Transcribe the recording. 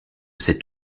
cet